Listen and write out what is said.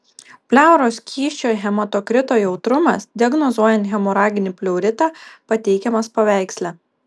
pleuros skysčio hematokrito jautrumas diagnozuojant hemoraginį pleuritą pateikiamas paveiksle